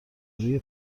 روی